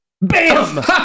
bam